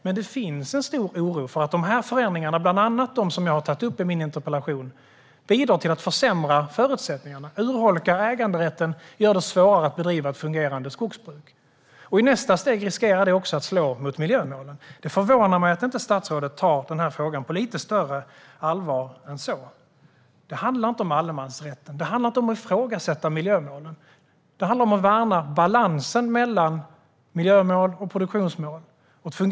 Men det finns en stor oro för att de här förändringarna, bland annat de som jag har tagit upp i min interpellation, bidrar till att försämra förutsättningarna, urholka äganderätten och göra det svårare att bedriva ett fungerande skogsbruk. I nästa steg riskerar det också att slå mot miljömålen. Det förvånar mig att inte statsrådet tar den här frågan på lite större allvar. Det handlar inte om allemansrätten. Det handlar inte om att ifrågasätta miljömålen. Det handlar om att värna balansen mellan miljömål och produktionsmål.